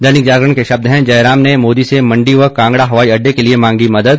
दैनिक जागरण के शब्द हैं जयराम ने मोदी से मंडी व कांगड़ा हवाई अड्डे के लिए मांगी मदद